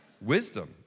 Wisdom